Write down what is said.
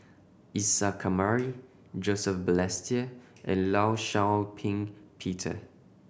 Isa Kamari Joseph Balestier and Law Shau Ping Peter